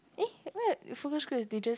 eh where focus group is they just